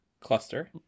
Cluster